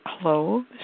cloves